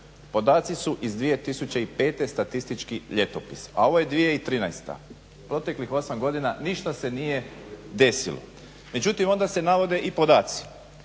Podaci su iz 2005. Statistički ljetopis, a ovo je 2013. Proteklih 8 godina ništa se nije desilo. Međutim, onda se navode i podaci